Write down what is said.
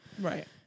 right